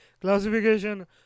classification